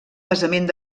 basament